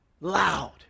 loud